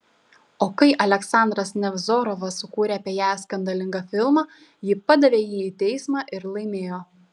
o kai aleksandras nevzorovas sukūrė apie ją skandalingą filmą ji padavė jį į teismą ir laimėjo